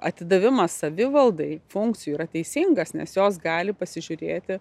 atidavimas savivaldai funkcijų yra teisingas nes jos gali pasižiūrėti